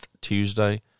Tuesday